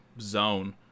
zone